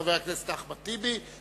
חבר הכנסת אחמד טיבי,